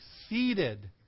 succeeded